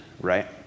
right